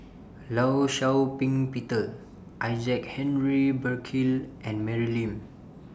law Shau Ping Peter Isaac Henry Burkill and Mary Lim